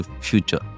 future